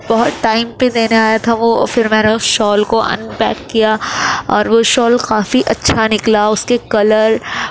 بہت ٹائم پہ دینے آیا تھا وہ پھر میں نے اس شال کو انپیک کیا اور وہ شال کافی اچھا نکلا اس کے کلر